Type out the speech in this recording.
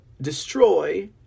destroy